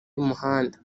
y’umuhanda